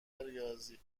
ریاضی